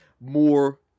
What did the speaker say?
more